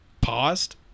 paused